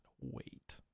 wait